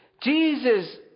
Jesus